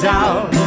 out